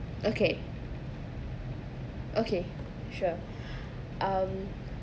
okay okay sure um